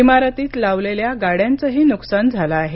इमारतीत लावलेल्या गाड्यांचही नुकसान झालं आहे